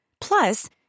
Plus